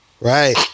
right